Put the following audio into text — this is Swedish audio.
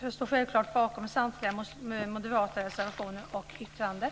Jag står självklart bakom samtliga moderata reservationer och yttranden.